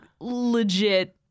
legit